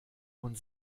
und